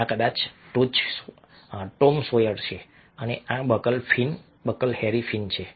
આ કદાચ Tom Sawyer છે અને આ બકલ ફિન બકલ હેરી ફિન છે